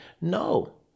No